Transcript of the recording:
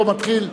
פה מתחיל,